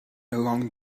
along